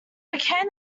became